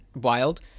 wild